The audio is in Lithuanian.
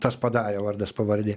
tas padarė vardas pavardė